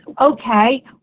Okay